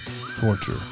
Torture